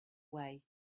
way